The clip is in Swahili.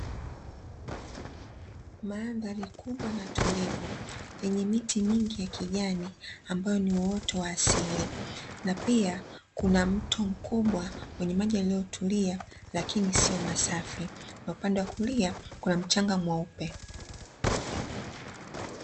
Mandhari kubwa na tulivu yenye miti mingi ya kijani ambayo ni uoto wa asili, na pia kuna mto mkubwa wenye maji yaliyotulia lakini sio masafi, na upande wa kulia kuna mchanga mweupe.